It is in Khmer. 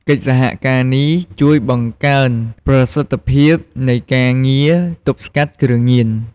កិច្ចសហការនេះជួយបង្កើនប្រសិទ្ធភាព នៃការងារទប់ស្កាត់គ្រឿងញៀន។